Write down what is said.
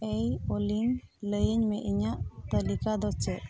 ᱮᱭ ᱚᱞᱤ ᱞᱟᱹᱭᱟᱹᱧ ᱢᱮ ᱤᱧᱟᱹᱜ ᱛᱟᱞᱤᱠᱟ ᱫᱚ ᱪᱮᱫ